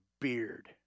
beard